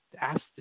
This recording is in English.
asked